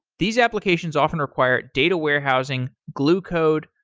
these applications often require data warehousing, glue code,